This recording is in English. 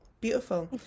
beautiful